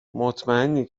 مطمئنی